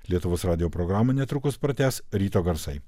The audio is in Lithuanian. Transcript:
lietuvos radijo programą netrukus pradės ryto garsai